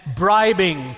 bribing